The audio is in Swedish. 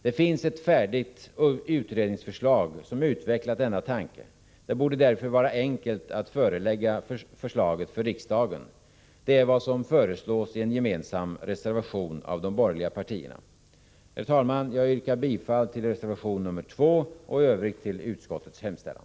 Det finns ett färdigt utredningsförslag där denna tanke utvecklats. Det borde därför vara enkelt att förelägga riksdagen förslaget. Det är vad som föreslås i en gemensam reservation av de borgerliga partierna. Herr talman! Jag yrkar bifall till reservation 2 och i övrigt till utskottets hemställan.